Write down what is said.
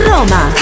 Roma